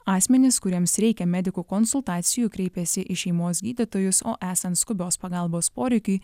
asmenys kuriems reikia medikų konsultacijų kreipiasi į šeimos gydytojus o esant skubios pagalbos poreikiui